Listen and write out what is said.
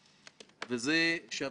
הסיבה לכך פשוטה.